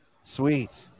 Sweet